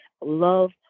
love